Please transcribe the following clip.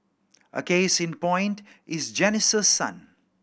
a case in point is Janice's son